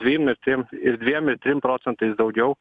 dviem ir trim ir dviem trim procentais daugiau